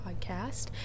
podcast